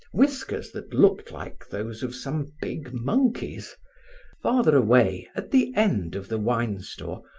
whiskers that looked like those of some big monkeys farther away, at the end of the wine store,